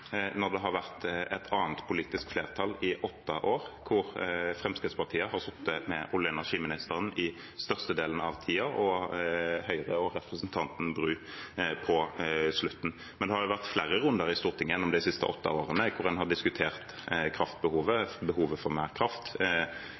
det har vært et annet politisk flertall i åtte år, hvor Fremskrittspartiet har sittet med olje- og energiministeren i størstedelen av tiden, og hvor Høyre, med representanten Tina Bru, har sittet på slutten. Det har jo vært flere runder i Stortinget gjennom de siste åtte årene hvor en har diskutert